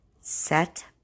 Set